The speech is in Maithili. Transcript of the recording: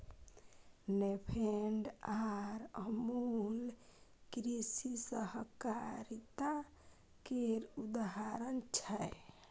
नेफेड आर अमुल कृषि सहकारिता केर उदाहरण छै